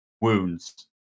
wounds